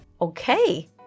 Okay